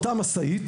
אותה משאית,